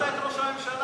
שכחת את ראש הממשלה.